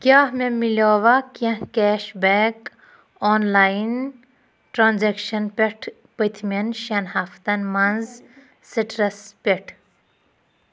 کیٛاہ مےٚ مِلیووا کینٛہہ cash back online transaction پٮ۪ٹھ پٔتمٮ۪ن شٮ۪ن ہفتن منٛز سِٹرس پٮ۪ٹھ